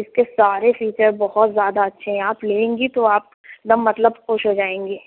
اِس کے سارے فیچر بہت زیادہ اچھے ہیں آپ لیں گی تو آپ ایک دم مطلب خوش ہو جائیں گی